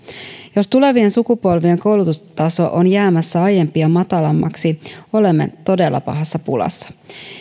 jos tulevien sukupolvien koulutustaso on jäämässä aiempia matalammaksi olemme todella pahassa pulassa